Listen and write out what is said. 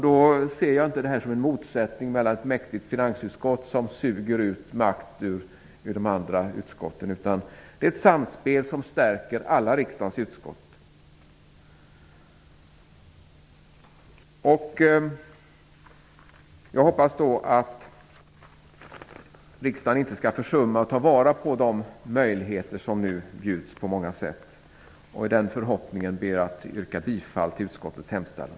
Jag ser det inte som att ett mäktigt finansutskott suger ut makt ur de andra utskotten. Det handlar om ett samspel som stärker alla riksdagens utskott. Jag hoppas att riksdagen inte skall försumma de möjligheter som nu bjuds på många sätt. Med den förhoppningen ber jag att få yrka bifall till utskottets hemställan.